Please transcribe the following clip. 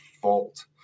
fault